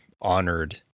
honored